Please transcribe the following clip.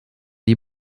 die